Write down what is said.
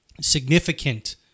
significant